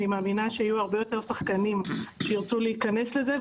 אני מאמינה שיהיו הרבה יותר שחקנים שירצו להיכנס לזה,